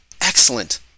excellent